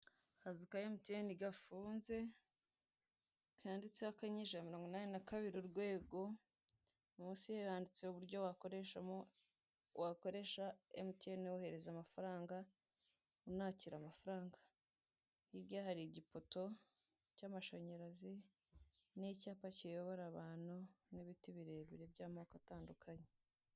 Akazu ka MTN gafunze, kanditseho akanyenyeri ijana na mirongo inani na kabiri urwego, munsi yaho yanditseho uburyo wakoresha MTN wohereza amafaranga, unakira amafaranga, hirya hari igipoto cy'amashanyarazi n'icyapa kiyobora abantu n'ibiti birebire by'amoko atandukanye.